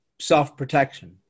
self-protection